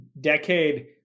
decade